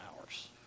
hours